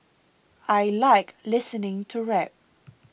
I like listening to rap